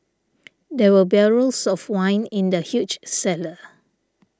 there were barrels of wine in the huge cellar